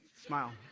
smile